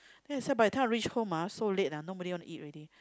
then I say by the time I reach home ah so late lah nobody want to eat already